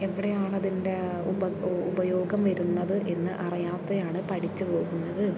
എവിടെയാണ് അതിൻ്റെ ഉപയോഗം വരുന്നത് എന്ന് അറിയാതെയാണ് പഠിച്ചു പോകുന്നത്